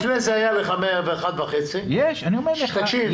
לפני זה היה לך 101.5% --- אני אומר לך שיש.